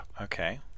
Okay